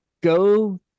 go